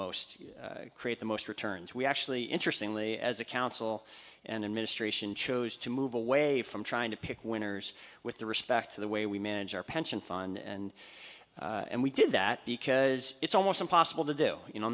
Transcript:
most create the most returns we actually interestingly as a council and a ministration chose to move away from trying to pick winners with respect to the way we manage our pension fund and and we did that because it's almost impossible to do you know